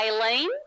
Aileen